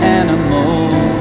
animals